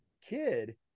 kid